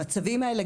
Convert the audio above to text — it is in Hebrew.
המצבים האלה,